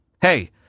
Hey